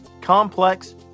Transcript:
complex